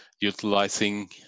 utilizing